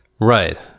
right